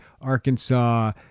Arkansas